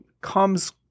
comes